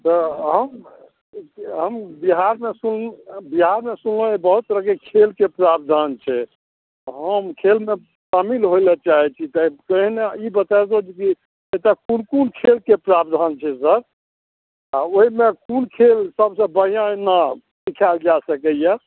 sir हम बिहारमे सुनलहुँ हँ जे बहुत तरहकेँ खेलकेँ प्रावधान छै हम खेलमे शामिल होइ लए चाहै छी सर पहिने ई बतायल जाय कि एहिमे कोन कोन खेलकेँ प्रावधान छै सर आओर ओहिमे कोन खेल सभसँ बढ़िऑं जेना सिखायल जा सकैया